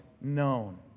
known